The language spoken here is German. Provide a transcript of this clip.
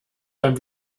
beim